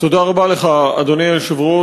תודה רבה לך, אדוני היושב-ראש.